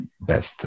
best